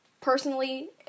personally